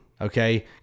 okay